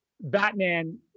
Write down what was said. batman